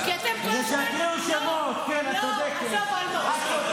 כי אתם כל הזמן ------ שמות.